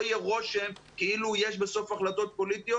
יהיה רושם כאילו יש בסוף החלטות פוליטיות.